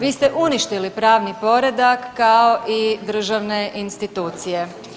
Vi ste uništili pravni poredak kao i državne institucije.